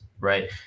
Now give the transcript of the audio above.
right